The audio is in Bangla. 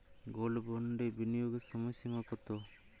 গোল্ড বন্ডে বিনিয়োগের সময়সীমা কতো?